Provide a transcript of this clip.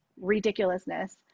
ridiculousness